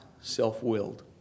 self-willed